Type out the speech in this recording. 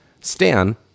Stan